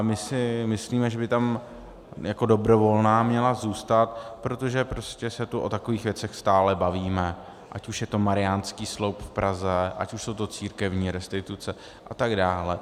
My si myslíme, že by tam jako dobrovolná měla zůstat, protože prostě se tu o takových věcech stále bavíme, ať už je to Mariánský sloup v Praze, ať už jsou to církevní restituce atd.